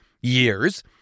years